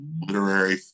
literary